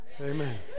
Amen